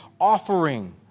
offering